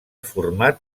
format